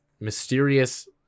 mysterious